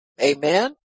Amen